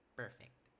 perfect